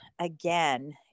again